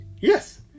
Yes